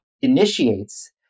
initiates